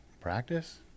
practice